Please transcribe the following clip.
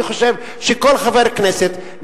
אני חושב שכל חבר כנסת,